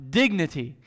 dignity